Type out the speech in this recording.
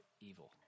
evil